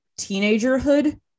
teenagerhood